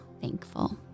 thankful